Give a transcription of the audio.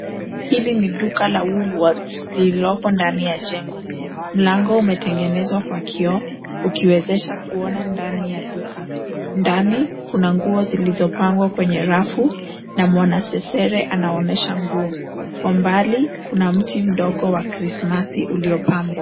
Hili ni duka la cs[woolworths]cs lililopo ndani ya jengo. Mlango umetengenezwa kwa kioo ukiwezesha kuona ndani ya duka. Ndani kuna nguo zilizopangwa kwenye rafu na mwanasesere anaonyesha nguo. Kwa mbali kuna mti mdogo wa krismasi uliyopambwa.